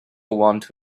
wanted